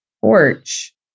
porch